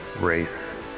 race